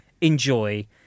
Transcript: enjoy